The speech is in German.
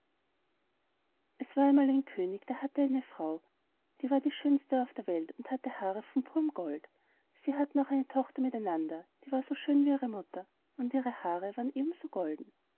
es war einmal ein könig der hatte eine frau die war die schönste auf der welt und hatte haare von purem gold sie hatten auch eine tochter mit einander die war so schön wie ihre mutter und ihre haare waren eben so golden